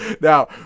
Now